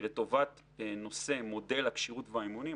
שלטובת מודל הכשירות והאימונים,